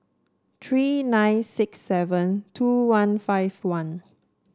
three nine six seven two one five one